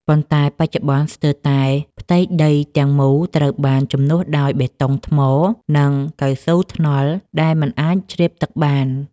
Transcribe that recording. ប៉ុន្តែបច្ចុប្បន្ន ស្ទើរតែផ្ទៃដីទាំងមូលត្រូវបានជំនួសដោយបេតុង ថ្ម និងកៅស៊ូថ្នល់ដែលមិនអាចជ្រាបទឹកបាន។